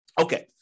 Okay